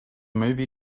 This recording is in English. movie